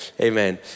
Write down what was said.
amen